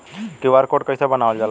QR code कइसे बनवाल जाला?